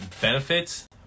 benefits